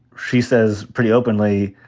she says pretty openly,